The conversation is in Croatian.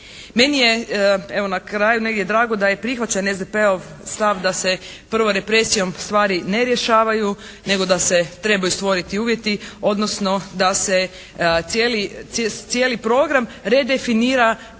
Meni je evo, na kraju negdje drago da je prihvaćen SDP-ov stav da se prvo represijom stvari ne rješavaju nego da se trebaju stvoriti uvjeti odnosno da se cijeli program redefinira kao